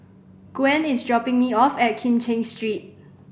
Gwen is dropping me off at Kim Cheng Street